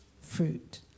fruit